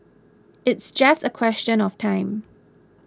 it's just a question of time